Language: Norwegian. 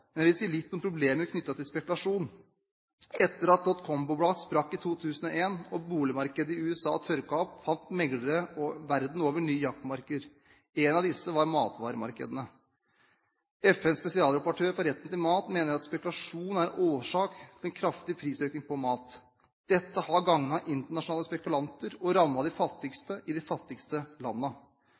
men jeg vil si litt om problemene knyttet til spekulasjon. Etter at dot com-boblen sprakk i 2001 og boligmarkedet i USA tørket opp, fant meglere verden over nye jaktmarker. En av disse var matvaremarkedet. FNs spesialrapportør for retten til mat mener at spekulasjon er en årsak til den kraftige prisøkningen på mat. Dette har gagnet internasjonale spekulanter og rammet de fattigste i de fattigste